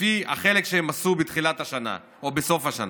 לפי החלק שהם עשו בתחילת השנה או בסוף השנה.